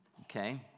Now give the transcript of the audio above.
okay